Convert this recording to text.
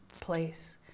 place